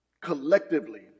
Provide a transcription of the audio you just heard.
Collectively